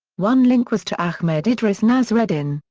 one link was to ahmed idris nasreddin,